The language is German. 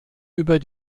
über